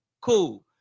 Cool